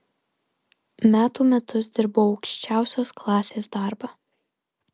metų metus dirbau aukščiausios klasės darbą